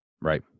Right